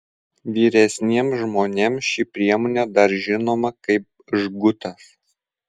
vyresniems žmonėms ši priemonė dar žinoma kaip žgutas